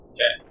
Okay